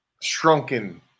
shrunken